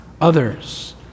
others